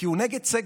כי הוא נגד סגר,